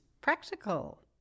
Practical